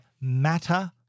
matter